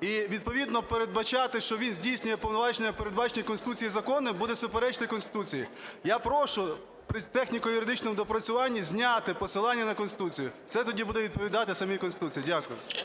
І відповідно передбачати, що він здійснює повноваження, передбачені Конституцією законно, буде суперечити Конституції. Я прошу в техніко-юридичному доопрацюванні зняти посилання на Конституцію. Це тоді буде відповідати самій Конституції. Дякую. ГОЛОВУЮЧИЙ.